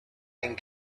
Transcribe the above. and